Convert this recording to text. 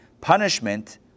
punishment